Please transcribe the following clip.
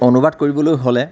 অনুবাদ কৰিবলৈ হ'লে